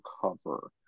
cover